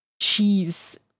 cheese